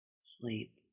sleep